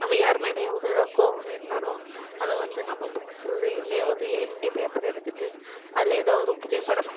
நம்ம யார் மேலேயாவது எதாவது கோபம் இருந்தாலும் அதை வந்து நம்ம புக்ஸில் எதுலேயாவது எம்ட்டி பேப்பர் எடுத்துகிட்டு அதில் எதா ஒரு புகைப்படம்